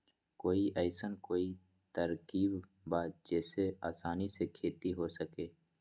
कोई अइसन कोई तरकीब बा जेसे आसानी से खेती हो सके?